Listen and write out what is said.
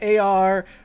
ar